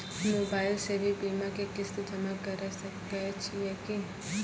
Mobile से भी बीमा के किस्त जमा करै सकैय छियै कि?